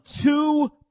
two